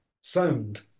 Sound